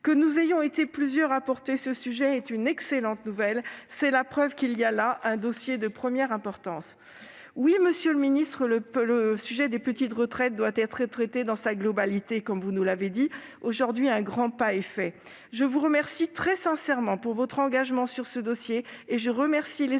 Que nous ayons été plusieurs à défendre ce sujet est une excellente nouvelle ; c'est la preuve qu'il y a là un dossier de première importance. Oui, monsieur le secrétaire d'État, le sujet des petites retraites doit être traité dans sa globalité, mais aujourd'hui, un grand pas est fait. Je vous remercie très sincèrement pour votre engagement sur ce dossier et je remercie les